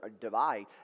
divide